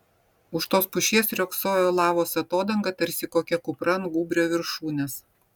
už tos pušies riogsojo lavos atodanga tarsi kokia kupra ant gūbrio viršūnės